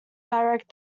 direct